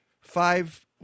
five